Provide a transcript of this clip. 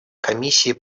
комиссии